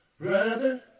Brother